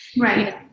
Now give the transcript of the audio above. Right